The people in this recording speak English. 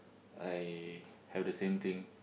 I have the same thing